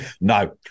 No